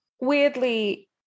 weirdly